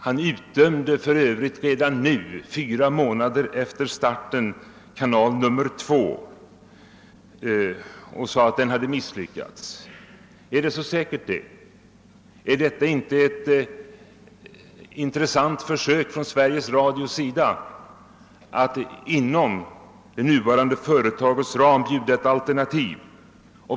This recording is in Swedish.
Han utdömde också redan nu, fyra månader efter starten, te.evisionens kanal 2 och sade att den hade misslyckats. Är det så säkert? är inte den ett intressant försök av Sveriges Radio att inom det nuvarande företagets ram bjuda ett alternativ?